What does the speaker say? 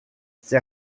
ces